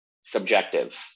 subjective